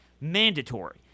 mandatory